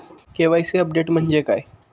KYC update म्हणजे काय?